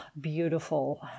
beautiful